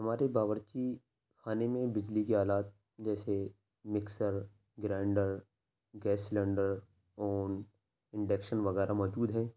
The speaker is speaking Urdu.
ہمارے باورچی خانے میں بجلی کے آلات جیسے mixer grinder gas cylinder oven induction وغیرہ موجود ہیں